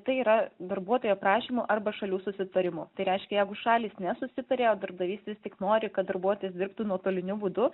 tai yra darbuotojo prašymu arba šalių susitarimu tai reiškia jeigu šalys nesusitarė o darbdavys vis tiek nori kad darbuotojas dirbtų nuotoliniu būdu